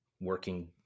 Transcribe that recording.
working